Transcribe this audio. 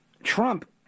Trump